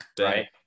Right